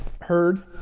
heard